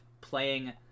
playing